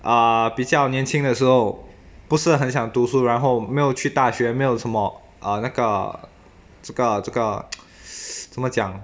啊比较年轻的时候不是很想读书然后没有去大学没有什么 uh 那个这个这个怎么讲